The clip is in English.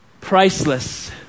priceless